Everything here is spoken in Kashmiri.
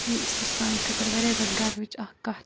سُہ چھِ سانہِ خٲطرٕ واریاہ زیادٕ گَروٕچ اکھ کَتھ